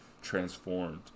transformed